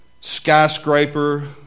skyscraper